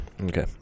Okay